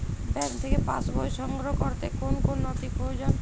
Bank থেকে pass বই সংগ্রহ করতে কোন কোন নথি প্রয়োজন?